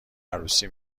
عروسی